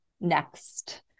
next